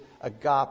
agape